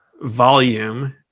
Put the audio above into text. volume